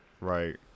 Right